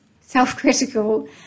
Self-critical